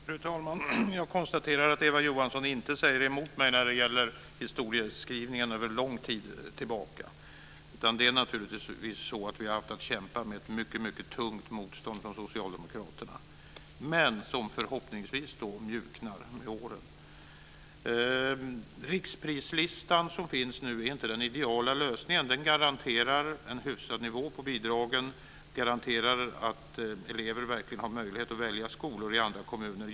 Fru talman! Jag konstaterar att Eva Johansson inte säger emot mig när det gäller historieskrivningen över en lång tid tillbaka. Det är naturligtvis så att vi har haft att kämpa med ett mycket tungt motstånd från Socialdemokraterna. Förhoppningsvis mjuknar detta med åren. Riksprislistan som nu finns är inte den ideala lösningen. Den garanterar en hyfsad nivå på bidragen och att elever verkligen har möjlighet att välja skolor i andra kommuner.